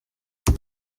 ayo